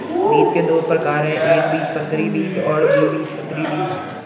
बीज के दो प्रकार है एकबीजपत्री बीज और द्विबीजपत्री बीज